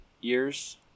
years